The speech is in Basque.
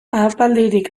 ahapaldirik